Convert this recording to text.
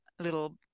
little